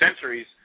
centuries